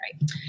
Right